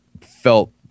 felt